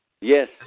yes